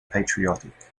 patriotic